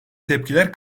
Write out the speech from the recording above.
tepkiler